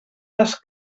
les